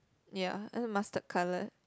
ya mustard colour